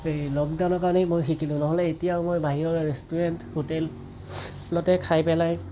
এই লকডাউনৰ কাৰণেই মই শিকিলো নহ'লে এতিয়াও মই বাহিৰলৈ ৰেষ্টুৰেণ্ট হোটেল হোটেল লতে খাই পেলাই